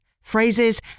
phrases